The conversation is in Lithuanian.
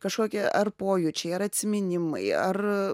kažkokie ar pojūčiai ar atsiminimai ar